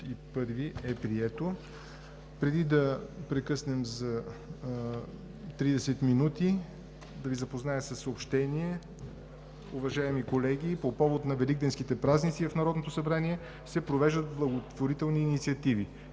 § 41 е прието. Преди да прекъснем за 30 минути, ще Ви запозная с няколко съобщения. Уважаеми колеги, по повод на великденските празници в Народното събрание се провеждат благотворителни инициативи.